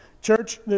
Church